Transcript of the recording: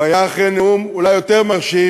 הוא היה אחרי נאום אולי יותר מרשים,